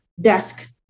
desk